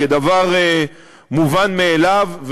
כדבר מובן מאליו,